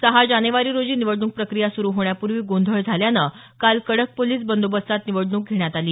सहा जानेवारी रोजी निवडणूक प्रक्रिया सुरू होण्यापूर्वी गोंधळ झाल्यान काल कडक पोलिस बदोबस्तात निवडणूक घेण्यात आली